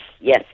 yes